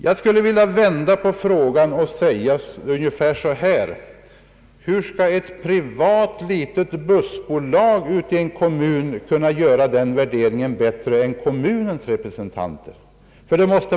Jag skulle vilja vända på frågan och säga ungefär så här: Hur skall ett litet privat bussbolag kunna göra den värderingen bättre än kommunens representanter?